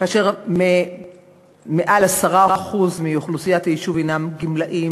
כאשר מעל ל-10% מאוכלוסיית היישוב הנם גמלאים,